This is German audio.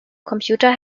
computer